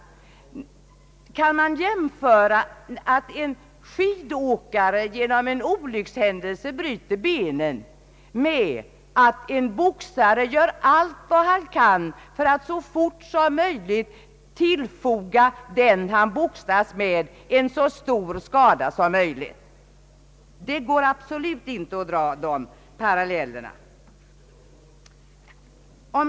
Kan man jämföra att en skidåkare genom en olyckshändelse bryter benen med att en boxare gör allt han kan för att så fort som möjligt tillfoga den han boxas med största möjliga skada? Det går absolut inte att dra de parallellerna.